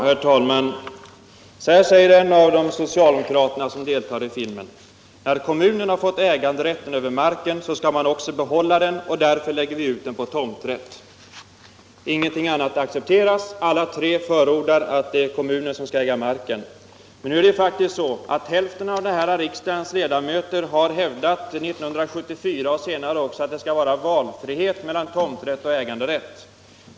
Herr talman! Så här säger en av de socialdemokrater som deltar i filmen: När kommunen har fått äganderätten över marken så skall man också behålla den, och därför lägger vi ut den på tomträtt. Inget annat accepteras tydligen. Alla de tre kommunalpolitikerna förordar att kommunen skall äga marken. Nu är det faktiskt så att hälften av den här riksdagens ledamöter 1974 och även senare har hävdat att det skall vara valfrihet mellan tomträtt och äganderätt.